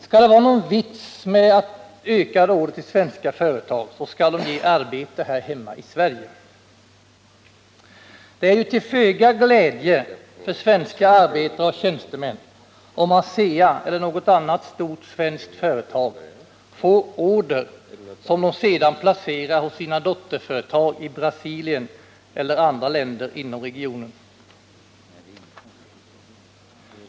Skall det vara någon vits med ökade order till svenska företag så skall de ge arbete här hemma ii Sverige. Det är ju till föga glädje för svenska arbetare och tjänstemän om ASEA eller något annat stort svenskt företag får order som de sedan placerar hos sina dotterföretag i Brasilien eller andra länder inom regionen.